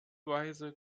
weise